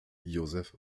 josef